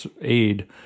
aid